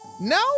No